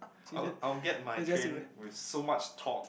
oh I'll get my train with so much thought